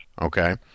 okay